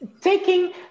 taking